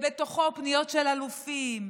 ובתוכו פניות של אלופים,